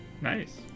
Nice